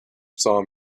saw